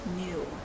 new